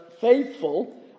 faithful